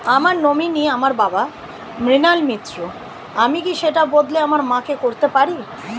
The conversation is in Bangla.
আমার নমিনি আমার বাবা, মৃণাল মিত্র, আমি কি সেটা বদলে আমার মা কে করতে পারি?